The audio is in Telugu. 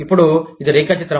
ఇప్పుడు ఇది రేఖాచిత్రం